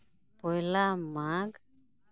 ᱯᱚᱭᱞᱟ ᱢᱟᱜᱷ